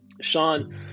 Sean